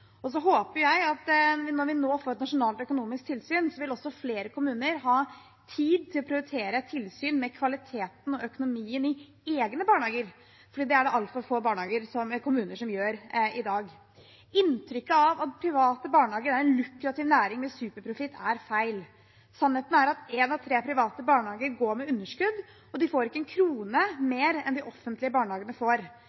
håper at når vi nå får et nasjonalt økonomisk tilsyn, vil også flere kommuner ha tid til å prioritere tilsyn med kvaliteten og økonomien i egne barnehager, for det er det altfor få kommuner som gjør i dag. Inntrykket av at private barnehager er en lukrativ næring med superprofitt, er feil. Sannheten er at én av tre private barnehager går med underskudd, og de får ikke en krone